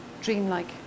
dreamlike